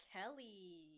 Kelly